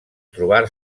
trobar